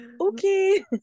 Okay